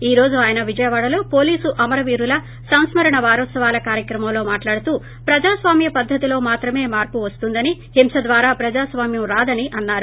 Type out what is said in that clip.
ఈ రోజు ఆయన విజియవాడ లో పోలీసు అమరవీరుల సంస్కరణ వారోత్సవాల కార్యక్రమంలో మాట్లాడుతూ ప్రజాస్వామ్య పద్దతి లో మాత్రేమే మార్పు వస్తుందని హింస ద్వారా ప్రజాస్వామ్యం రాదని అన్నారు